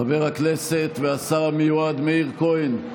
חבר הכנסת והשר המיועד מאיר כהן,